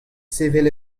sevel